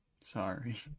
Sorry